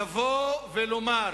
לבוא ולומר